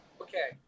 Okay